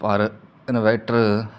Bharat inverter